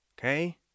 Okay